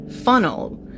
funnel